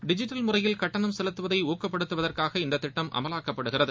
digital முறையில் கட்டணம் செலுத்துவதை ஊக்கப்படுத்துவதற்காக இந்தத் திட்டம் அமலாக்கப்படுகிறது